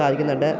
സാധിക്കുന്നുണ്ട്